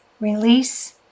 release